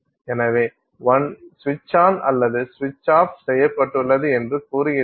எனவே 1 சுவிட்ச் ஆன் அல்லது சுவிட்ச் ஆப் செய்யப்பட்டுள்ளது என்று கூறுகிறீர்கள்